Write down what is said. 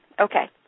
Okay